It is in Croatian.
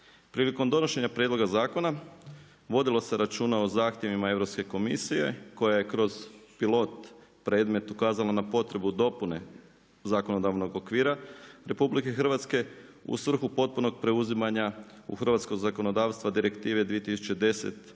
Prilikom donošenje prijedloga zakona, vodilo se računa o zahtjevima Europske komisije, koja je kroz pilot predmet ukazalo na potrebu dopune zakonodavnog okvira RH u svrhu potpunog preuzimanja u hrvatsko zakonodavstva Direktive 2010/63